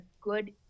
good